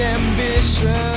ambition